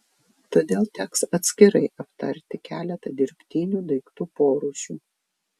todėl teks atskirai aptarti keletą dirbtinių daiktų porūšių